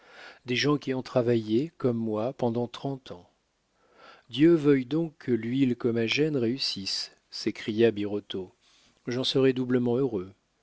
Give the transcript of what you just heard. des gens qui ont travaillé comme moi pendant trente ans dieu veuille donc que l'huile comagène réussisse s'écria birotteau j'en serai doublement heureux